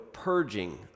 purging